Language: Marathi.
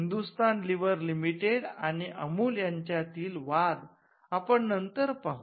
हिंदुस्तान युनिलिव्हर लिमिटेड आणि अमूल यांच्यातील वाद आपण नंतर पाहू